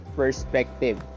perspective